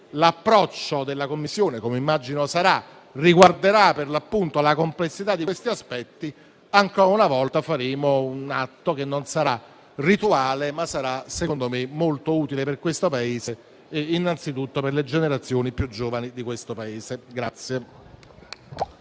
l'approccio della Commissione - come immagino sarà - riguarderà la complessità di questi aspetti, ancora una volta faremo un atto che non sarà rituale, ma sarà molto utile per questo Paese, innanzitutto per le generazioni più giovani.